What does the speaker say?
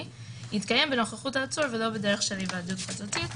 - יתקיים בנוכחות העצור ולא בדרך של היוועדות חזותית.